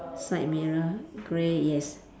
side mirror grey yes